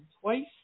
twice